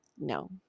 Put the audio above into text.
No